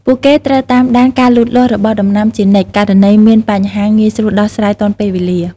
ពួកគេត្រូវតាមដានការលូតលាស់របស់ដំណាំជានិច្ច ករណីមានបញ្ហាងាយស្រួលដោះស្រាយទាន់ពេលវេលា។